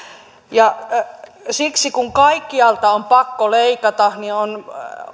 siksi kun kaikkialta on pakko leikata on